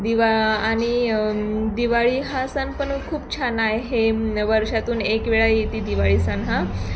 दिवा आणि दिवाळी हा सण पण खूप छान आहे वर्षातून एक वेळा येते दिवाळी सण हा